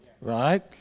right